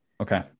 okay